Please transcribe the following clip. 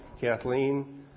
Kathleen